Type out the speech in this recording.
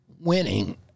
winning